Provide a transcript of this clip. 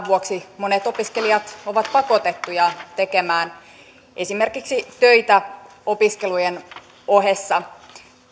vuoksi monet opiskelijat ovat pakotettuja tekemään esimerkiksi töitä opiskelujen ohessa